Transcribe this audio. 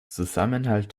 zusammenhalt